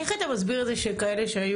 איך אתה מסביר את זה שכאלה שהיו,